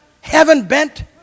heaven-bent